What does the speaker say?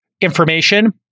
information